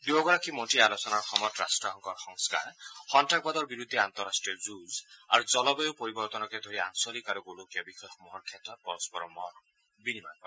দুয়োগৰাকী মন্ত্ৰীয়ে আলোচনাৰ সময়ত ৰাট্টসংঘৰ সংস্থাৰ সন্তাসবাদৰ বিৰুদ্ধে আন্তঃৰাট্টীয় যুজ জলবায়ু পৰিবৰ্তনকে ধৰি আঞ্চলিক আৰু গোলকীয় বিষয়সমূহৰ ক্ষেত্ৰত পৰস্পৰ মত বিনিময় কৰে